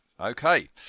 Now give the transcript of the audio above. Okay